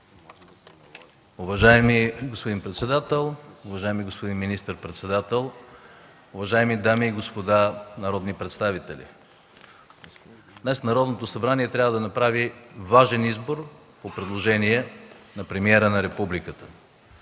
Уважаеми господин председател, уважаеми господин министър-председател, уважаеми дами и господа народни представители! Днес Народното събрание трябва да направи важен избор по предложение на премиера на републиката,